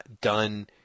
done